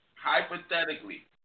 Hypothetically